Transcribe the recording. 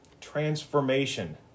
Transformation